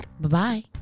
Bye-bye